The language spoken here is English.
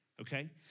Okay